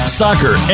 soccer